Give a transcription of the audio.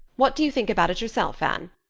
what do you think about it yourself, anne?